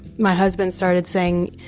my husband started saying,